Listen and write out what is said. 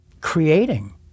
creating